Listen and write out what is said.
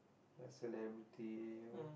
like celebrity or